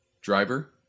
driver